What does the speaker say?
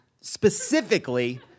specifically